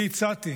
אני הצעתי